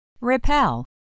Repel